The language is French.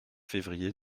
février